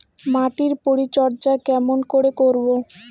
মাটির পরিচর্যা কেমন করে করব?